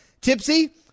tipsy